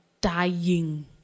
dying